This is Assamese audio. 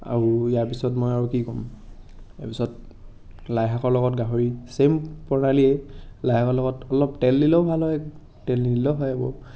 আৰু ইয়াৰ পিছত মই আৰু কি ক'ম ইয়াৰ পিছত লাইশাকৰ লগত গাহৰি ছে'ম প্ৰণালীয়ে লাইশাকৰ লগত অলপ তেল দিলেও ভাল হয় তেল নিদিলেও হয় আৰু